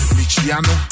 Michiano